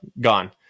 gone